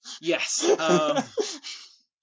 yes